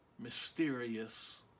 mysterious